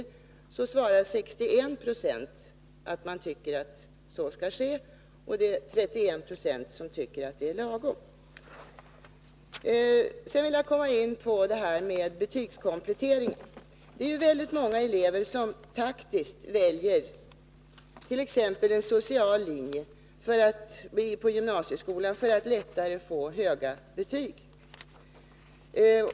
Av de tillfrågade ansåg 61 96 att man skulle göra det, medan 31 26 ansåg att det är lagom att man ger betyg i årskurs 8 och 9. Sedan vill jag gå in på frågan om betygskomplettering. Det är faktiskt så att väldigt många elever väljer en social linje på gymnasieskolan för att lättare få höga betyg.